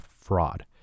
fraud